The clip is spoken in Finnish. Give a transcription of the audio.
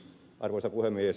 arvoisa puhemies